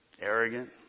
arrogant